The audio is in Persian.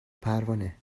پروانه